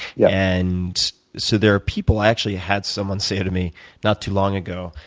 yeah and so there are people i actually had someone say to me not too long ago,